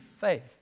faith